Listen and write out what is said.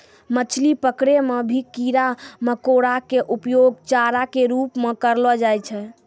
मछली पकड़ै मॅ भी कीड़ा मकोड़ा के उपयोग चारा के रूप म करलो जाय छै